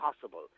possible